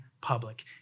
public